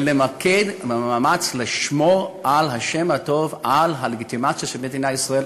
ונמקד את המאמץ לשמור על השם הטוב ועל הלגיטימציה של מדינת ישראל,